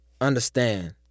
Understand